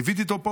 ליוויתי אותו פה